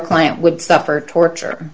client would suffer torture